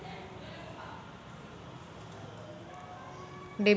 Debit कार्डनं मले दिवसाले कितीक पैसे काढता येईन?